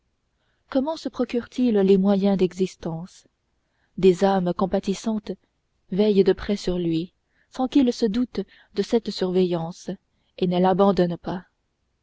comment se procure t il les moyens d'existence des âmes compatissantes veillent de près sur lui sans qu'il se doute de cette surveillance et ne l'abandonnent pas